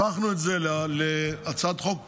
הפכנו את זה להצעת חוק פרטית,